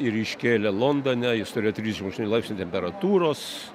ir iškėlė londone jis turėjo trisdešim aštuoni laipsnių temperatūros